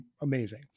amazing